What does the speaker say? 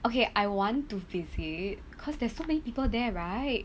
okay I want to visit cause there's so many people there right